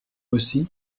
aussi